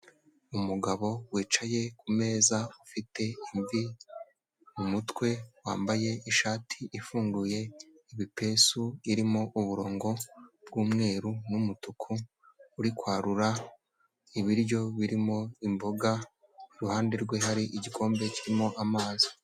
Umugabo wicaye kumeza, ufite imvi mu mutwe, wambaye ishati ifunguye ibipesu, irimo umurongo bw'umweru n'umutuku, uri kwarura ibiryo birimo imboga, iruhande rwe hari igikombe kirimo amazi.